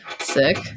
Sick